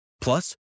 Plus